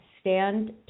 Stand